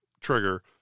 trigger